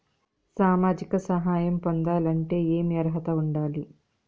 సామాజిక సహాయం పొందాలంటే ఏమి అర్హత ఉండాలి?